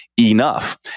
enough